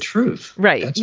truth. right. yeah